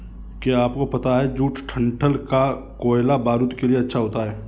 क्या आपको पता है जूट डंठल का कोयला बारूद के लिए अच्छा होता है